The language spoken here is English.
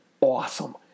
awesome